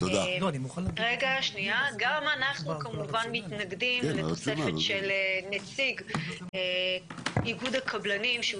אנחנו גם כמובן מתנגדים לתוספת של נציג איגוד הקבלנים שהוא